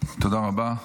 תודה רבה.